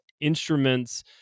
instruments